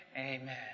amen